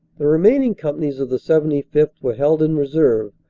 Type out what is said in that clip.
the remaining companies of the seventy fifth. were held in reserve,